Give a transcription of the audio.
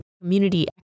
community